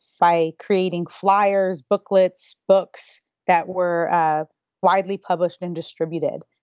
by creating flyers, booklets, books that were ah widely published and distributed.